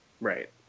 Right